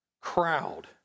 crowd